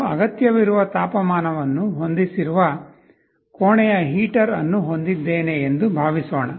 ನಾನು ಅಗತ್ಯವಿರುವ ತಾಪಮಾನವನ್ನು ಹೊಂದಿಸಿರುವ ರೂಮ್ ಹೀಟರ್ ಅನ್ನು ಹೊಂದಿದ್ದೇನೆ ಎಂದು ಭಾವಿಸೋಣ